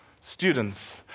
students